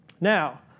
Now